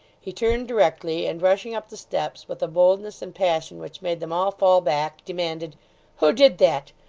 he turned directly, and rushing up the steps with a boldness and passion which made them all fall back, demanded who did that?